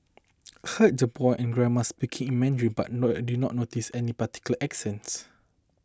heard the boy and grandma speaking in Mandarin but no I did not notice any particular accents